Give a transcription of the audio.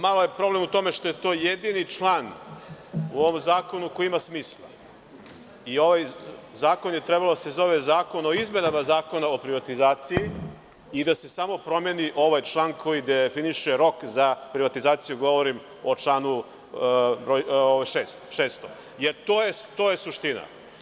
Malo je problem u tome što je to jedini član u ovom zakonu koji ima smisla i ovaj zakon je trebalo da se zove Zakon o izmenama Zakona o privatizaciji i da se samo promeni ovaj član koji definiše rok za privatizaciju, govorim o članu 6, jer to je suština.